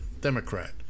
democrat